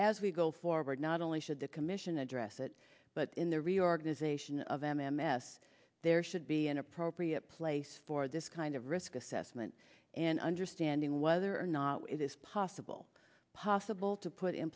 as we go forward not only should the commission address it but in the reorganization of m m s there should be an appropriate place for this kind of risk assessment and understanding whether or not it is possible civil to put in